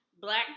black